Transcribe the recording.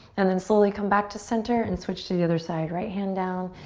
and then slowly come back to center and switch to the other side. right hand down,